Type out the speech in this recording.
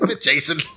Jason